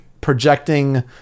projecting